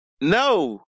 No